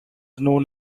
known